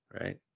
right